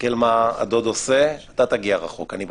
תסתכל מה הדוד עושה, אתה תגיע רחוק, אני בטוח.